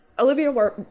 Olivia